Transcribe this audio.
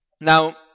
Now